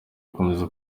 gukomeza